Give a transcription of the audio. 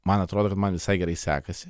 man atrodo kad man visai gerai sekasi